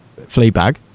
Fleabag